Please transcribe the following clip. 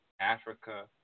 Africa